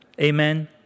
Amen